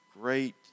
great